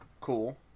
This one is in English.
Cool